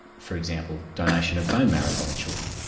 for example, donation of bone marrow by children.